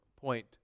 point